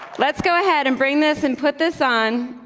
let's go ahead and bring this and put this on.